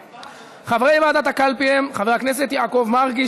חברי ועדת הקלפי הם חבר הכנסת יעקב מרגי,